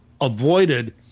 avoided